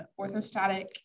orthostatic